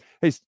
Hey